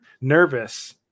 Nervous